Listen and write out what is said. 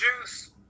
juice